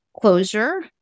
closure